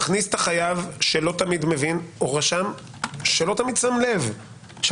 מכניס את החייב שלא תמיד מבין או רשם שלא תמיד שם לב או